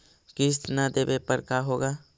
किस्त न देबे पर का होगा?